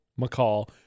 McCall